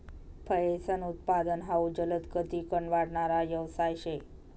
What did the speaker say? फयेसनं उत्पादन हाउ जलदगतीकन वाढणारा यवसाय शे